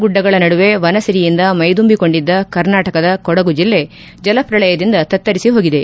ಗುಡ್ಡಗಳ ನಡುವೆ ವನ ಸಿರಿಯಿಂದ ಮೈದುಂಬಿಕೊಂಡಿದ್ದ ಕರ್ನಾಟಕದ ಕೊಡಗು ಜಿಲ್ಲೆ ಜಲಶ್ರಳಯದಿಂದ ತತ್ತರಿಸಿ ಹೋಗಿದೆ